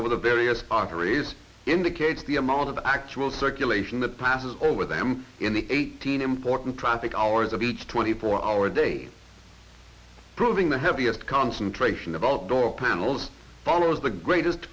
over the various arteries indicate the amount of actual circulation that passes over them in the eighteen important traffic hours of each twenty four hour day proving the heaviest concentration about door panels follows the greatest